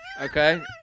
Okay